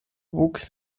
wuchs